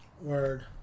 Word